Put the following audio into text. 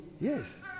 Yes